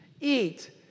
eat